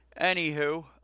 anywho